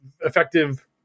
effective